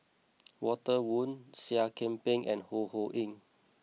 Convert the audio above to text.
Walter Woon Seah Kian Peng and Ho Ho Ying